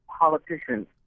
politicians